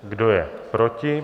Kdo je proti?